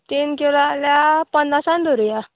तीन किलो जाल्या पन्नासान दोरुया